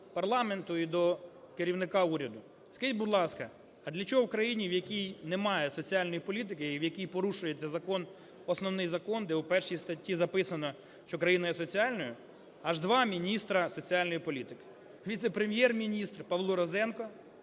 парламенту і до керівника уряду. Скажіть, будь ласка, а для чого країні, в якій немає соціальної політики і в якій порушується Закон – Основний Закон, де в першій статті записано, що Україна є соціальною, аж два міністра соціальної політики? Віце-прем'єр-міністр Павло Розенко,